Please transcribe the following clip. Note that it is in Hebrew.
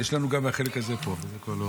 תראה, אני מקבל פה תוך